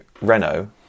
Renault